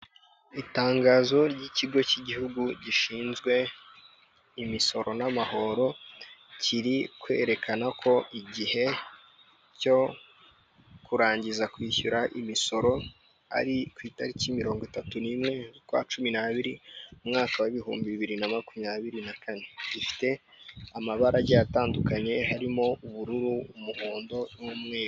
Itangazo ry'ikigo k'igihugu gishinzwe imisoro n'amahoro kiri kwerekana ko igihe cyo kurangiza kwishyura imisoro ari ku itariki mirongo itatu n'imwe z'ukwa cumi n'abiri, umwaka w'ibihumbi bibiri na makumyabiri na kane. Gifite amabara agiye atandukanye harimo ubururu, umuhondo n'umweru.